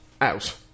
Out